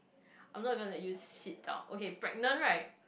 I'm not gonna let you sit down okay pregnant right